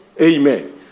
Amen